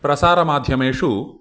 प्रसारमाध्यमेषु